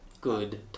good